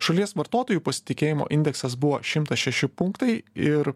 šalies vartotojų pasitikėjimo indeksas buvo šimtas šeši punktai ir